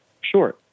Sure